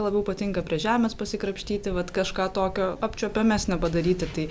labiau patinka prie žemės pasikrapštyti vat kažką tokio apčiuopiamesnio padaryti tai